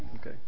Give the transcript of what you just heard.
Okay